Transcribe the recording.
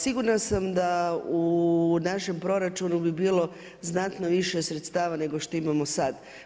Sigurna sam da u našem proračunu bi bilo znatno više sredstava nego što imamo sada.